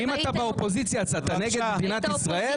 אם אתה באופוזיציה, אז אתה נגד מדינת ישראל?